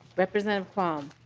representative quam